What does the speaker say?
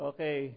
Okay